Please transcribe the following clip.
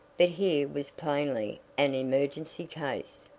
but here was plainly an emergency case.